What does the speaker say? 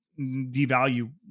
devalue